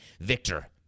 Victor